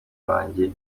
banjye